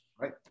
Right